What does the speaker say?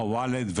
ח'ואלד,